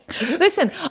Listen